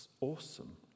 awesome